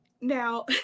now